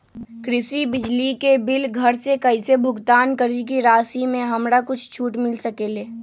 कृषि बिजली के बिल घर से कईसे भुगतान करी की राशि मे हमरा कुछ छूट मिल सकेले?